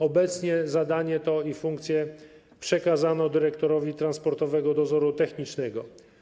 Obecnie zadanie to i funkcje przekazano dyrektorowi Transportowego Dozoru Technicznego.